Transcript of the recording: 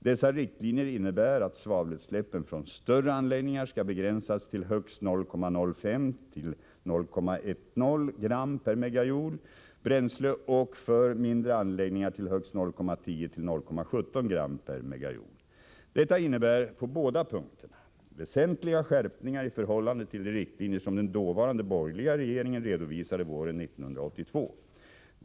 Dessa riktlinjer innebär att svavelutsläppen från större anläggningar skall begränsas till högst 0,05-0,10 gram per megajoule bränsle och för mindre anläggningar till högst 0,10-0,17 gram per megajoule. Detta innebär på båda punkterna väsentliga skärpningar i förhållande till de riktlinjer som den dåvarande borgerliga regeringen redovisade våren 1982.